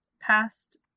past